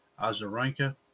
Azarenka